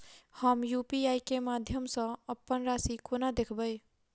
हम यु.पी.आई केँ माध्यम सँ अप्पन राशि कोना देखबै?